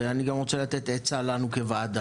ואני גם רוצה לתת עצה לנו כוועדה.